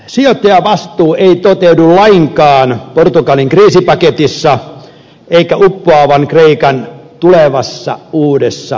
sijoittajavastuu ei toteudu vain keino ja jokainen kerros on lainkaan portugalin kriisipaketissa eikä uppoavan kreikan tulevassa uudessa kriisipaketissa